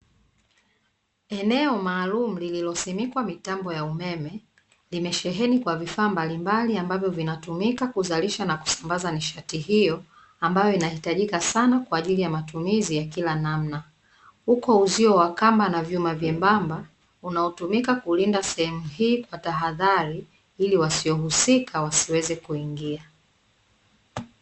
Eneo maalumu lililosimikwa mitambo ya umeme, limesheheni kwa vifaa mbalimbali ambavyo vinatumika kuzalisha na kusambaza nishati hiyo ambayo inahitajika sana kwa ajili ya matumizi ya kila namna, uko uzio wa kamba na vyuma vyembamba, unaotumika kulinda sehemu hii kwa tahadhari, ili wasiohusika wasiweze kuingia.